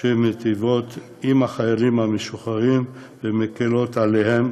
שמיטיבות עם החיילים המשוחררים ומקלות עליהם